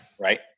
right